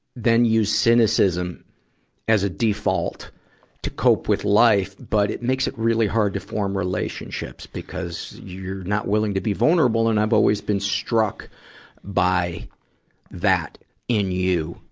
then use cynicism as a default to cope with life. but it makes it really hard to form relationships because you're not willing to be vulnerable. and i've always been struck by that in you.